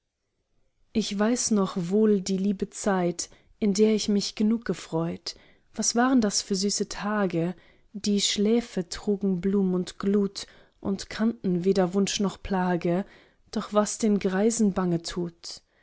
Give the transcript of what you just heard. ich weiß noch wohl die liebe zeit in der ich mich genug erfreut was waren das vor süße tage die schläfe trugen blum und glut und kannten weder wunsch noch plage noch was den greisen bange tut